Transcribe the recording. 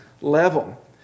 level